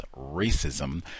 racism